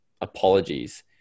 apologies